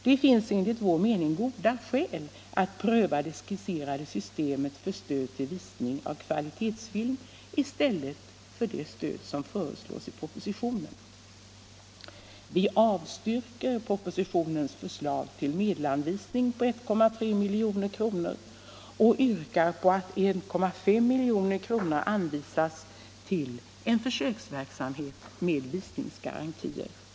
Det finns enligt vår mening goda skäl att pröva det skisserade systemet för stöd till visning av kvalitetsfilm i stället för det som föreslås i propositionen. Vi avstyrker propositionens förslag till medelsanvisning på 1,3 milj.kr. och yrkar på att 1,5 milj.kr. anvisas till en försöksverksamhet med visningsgarantier.